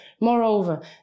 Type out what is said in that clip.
Moreover